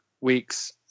weeks